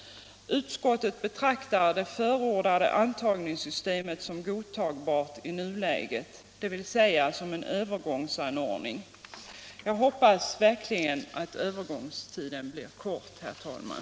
Utskottet betraktar det förordade antagningssystemet som godtagbart i nuläget, dvs. som en övergångsanordning. Jag hoppas verkligen att övergångstiden blir kort, herr talman.